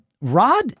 Rod